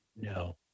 No